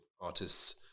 artists